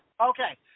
Okay